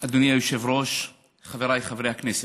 אדוני היושב-ראש, חבריי חברי הכנסת,